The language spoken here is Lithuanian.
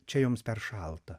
čia joms per šalta